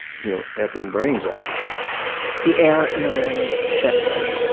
you know, effing brains out the air in the room shifted.